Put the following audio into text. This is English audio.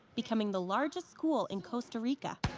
becoming the largest school in costa rica.